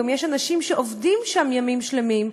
כי גם יש אנשים שעובדים שם ימים שלמים,